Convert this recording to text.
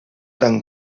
tan